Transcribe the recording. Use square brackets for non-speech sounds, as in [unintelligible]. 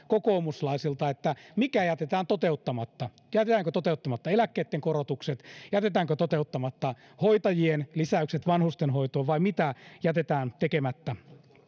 [unintelligible] kokoomuslaisilta mikä jätetään toteuttamatta jätetäänkö toteuttamatta eläkkeitten korotukset jätetäänkö toteuttamatta hoitajien lisäykset vanhustenhoitoon vai mitä jätetään tekemättä